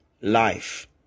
life